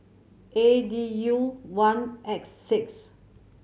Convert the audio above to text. A D U one X six